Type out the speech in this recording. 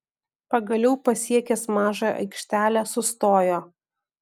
pagaliau pasiekęs mažą aikštelę sustojo